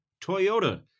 Toyota